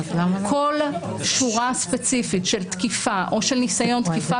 כל שורה ספציפית של תקיפה או של ניסיון תקיפה